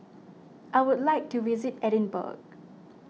I would like to visit Edinburgh